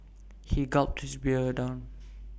he gulped down his beer